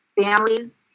families